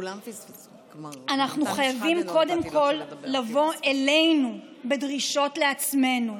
אנחנו חייבים קודם כול לבוא אלינו בדרישות לעצמנו.